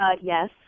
Yes